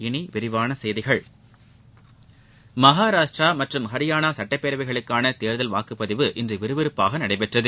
இனி விரிவான செய்திகள் மகாராஷ்ட்டிரா மற்றும் ஹரியானா சட்டப்பேரவைகளுக்கான தேர்தல் வாக்குப்பதிவு இன்று விறவிறப்பாக நடைபெற்றது